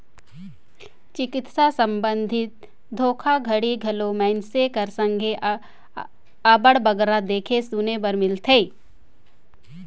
चिकित्सा संबंधी धोखाघड़ी घलो मइनसे कर संघे अब्बड़ बगरा देखे सुने बर मिलथे